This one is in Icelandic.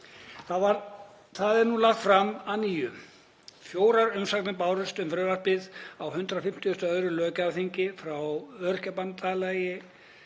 Það er nú lagt fram að nýju. Fjórar umsagnir bárust um frumvarpið á 152. löggjafarþingi, frá Öryrkjabandalagi